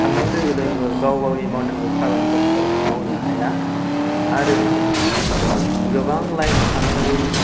थांनाय लोगो लोगो गाव गावनि मावनांगौ खामानिफोरखौ मावनो हाया आरो गोबां लाइन थानांगौनि